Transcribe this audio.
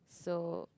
so